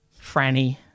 Franny